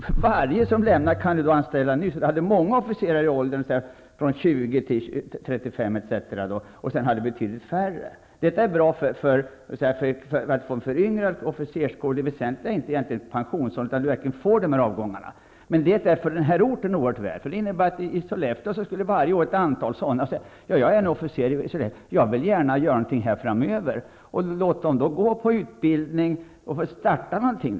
För varje person som lämnat försvaret kan man anställa en ny så att man får många officerare i åldern 20--35 år och betydligt färre i åldrarna däröver. Detta är bra för att få en föryngrad officerskår. Det väsentliga är egentligen inte pensionsåldern, utan att man verkligen får dessa avgångar. Det är oerhört mycket värt för dessa orter. Det innebär att man varje år i t.ex. Sollefteå skulle få ett antal personer som säger att de varit officerare och gärna vill göra något annat framöver. Då kan vi låta dem gå på utbildning för att kunna starta ett företag.